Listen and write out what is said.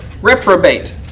reprobate